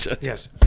Yes